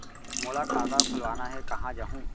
मोला खाता खोलवाना हे, कहाँ जाहूँ?